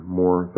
more